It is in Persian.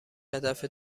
هدف